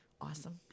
awesome